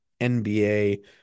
NBA